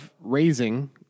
raising